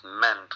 meant